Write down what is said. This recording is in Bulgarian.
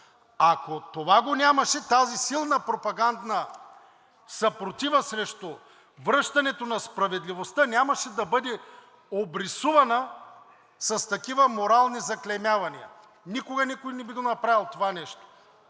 Ако това го нямаше, тази силна пропагандна съпротива срещу връщането на справедливостта нямаше да бъде обрисувана с такива морални заклеймявания. Никой никога не би направил това нещо.